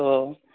ꯑꯣ